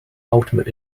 ultimate